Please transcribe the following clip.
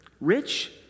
Rich